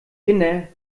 kinder